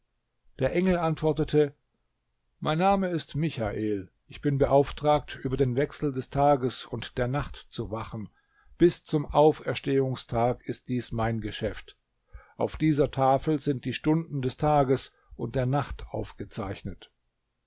der engel antwortete mein name ist michael ich bin beauftragt über den wechsel des tages und der nacht zu wachen bis zum auferstehungstag ist dies mein geschäft auf dieser tafel sind die stunden des tages und der nacht aufgezeichnet